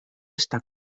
esta